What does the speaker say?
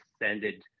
extended